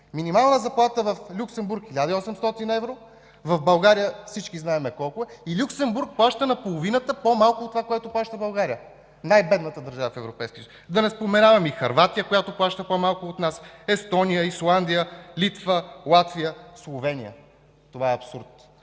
Минималната заплата в Люксембург е 1800 евро, в България всички знаем колко е! И Люксембург плаща половината от това, което плаща България – най-бедната държава в Европейския съюз! Да не споменавам Хърватия, която също плаща по-малко от нас, Естония, Исландия, Литва, Латвия, Словения! Това е абсурд!